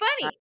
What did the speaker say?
funny